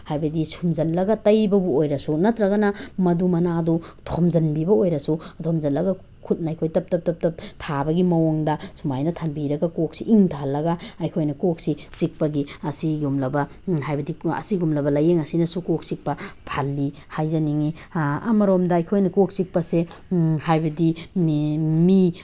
ꯍꯥꯏꯕꯗꯤ ꯁꯨꯝꯖꯤꯜꯂꯒ ꯇꯩꯕꯕꯨ ꯑꯣꯏꯔꯁꯨ ꯅꯠꯇ꯭ꯔꯒꯅ ꯃꯗꯨ ꯃꯅꯥꯗꯨ ꯊꯣꯝꯖꯤꯟꯕꯤꯕ ꯑꯣꯏꯔꯁꯨ ꯊꯣꯝꯖꯤꯜꯂꯒ ꯈꯨꯠꯅ ꯑꯩꯈꯣꯏ ꯇꯞ ꯇꯞ ꯇꯞ ꯇꯞ ꯊꯥꯕꯒꯤ ꯃꯑꯣꯡꯗ ꯁꯨꯃꯥꯏꯅ ꯊꯝꯕꯤꯔꯒ ꯀꯣꯛꯁꯤ ꯏꯪꯊꯍꯜꯂꯒ ꯑꯩꯈꯣꯏꯅ ꯀꯣꯛꯁꯤ ꯆꯤꯛꯄꯒꯤ ꯑꯁꯤꯒꯨꯝꯂꯕ ꯍꯥꯏꯕꯗꯤ ꯑꯁꯤꯒꯨꯝꯂꯕ ꯂꯥꯏꯌꯦꯡ ꯑꯁꯤꯅꯁꯨ ꯀꯣꯛ ꯆꯤꯛꯄ ꯐꯍꯜꯂꯤ ꯍꯥꯏꯖꯅꯤꯡꯉꯤ ꯑꯃꯔꯣꯝꯗ ꯑꯩꯈꯣꯏꯅ ꯀꯣꯛ ꯆꯤꯛꯄꯁꯦ ꯍꯥꯏꯕꯗꯤ ꯃꯤ